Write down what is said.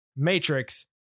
Matrix